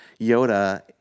Yoda